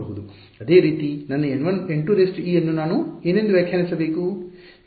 ಅದೇ ರೀತಿ ನನ್ನ N2e ಅನ್ನು ನಾನು ಎನೆಂದು ವ್ಯಾಖ್ಯಾನಿಸಬೇಕು